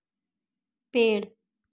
पेड़